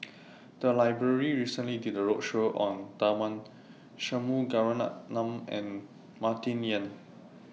The Library recently did A roadshow on Tharman Shanmugaratnam and Martin Yan